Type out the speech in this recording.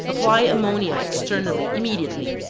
apply ammonia externally immediately,